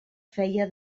feia